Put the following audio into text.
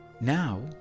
Now